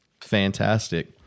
fantastic